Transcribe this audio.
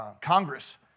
Congress